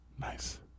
Nice